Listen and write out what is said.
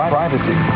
privacy